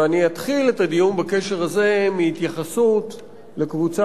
ואתחיל את הדיון בקשר הזה מהתייחסות לקבוצה